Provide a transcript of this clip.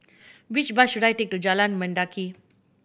which bus should I take to Jalan Mendaki